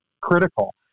critical